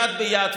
יד ביד,